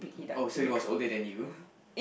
oh so he was older than you